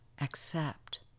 accept